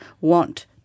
want